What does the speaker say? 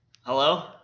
Hello